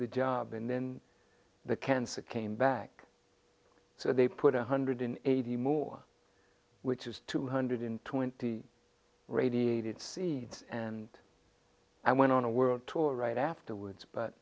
the job and then the cancer came back so they put one hundred eighty more which is two hundred twenty radiated seeds and i went on a world tour right afterwards but